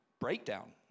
breakdown